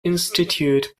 instituted